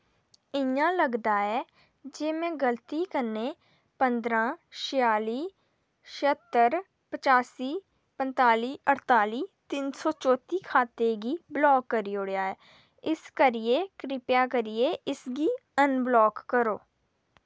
इ'यां लगदा ऐ जे में गल्ती कन्नै पंदरां छिआली छिहत्तर पचासी पंजताली अड़ताली तिन सौ चौत्ती खाते गी ब्लाक करी ओड़ेआ ऐ इस करियै किरपा करियै इसगी अनब्लाक करो